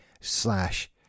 slash